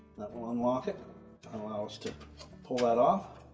that will unlock it, and allow us to pull that off,